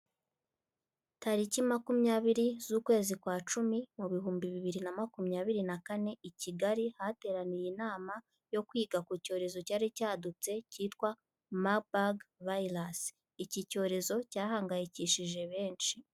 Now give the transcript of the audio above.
Tariki makumyabiri z'ukwezi kwa cumi mu bihumbi bibiri na makumyabiri na kane, i Kigali hateraniye inama yo kwiga ku cyorezo cyari cyadutse cyitwa Marburg virus, iki cyorezo cyahangayikishije benshi.